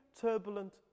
turbulent